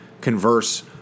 converse